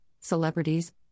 celebrities